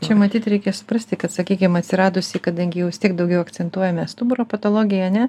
čia matyt reikia suprasti kad sakykim atsiradusį kadangi jau vis tiek daugiau akcentuojamės stuburo patologijoj ane